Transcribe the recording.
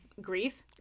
grief